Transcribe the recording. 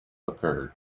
occurred